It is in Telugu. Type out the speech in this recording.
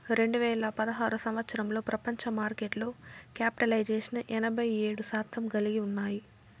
రెండు వేల పదహారు సంవచ్చరంలో ప్రపంచ మార్కెట్లో క్యాపిటలైజేషన్ ఎనభై ఏడు శాతం కలిగి ఉన్నాయి